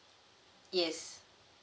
yes